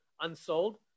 unsold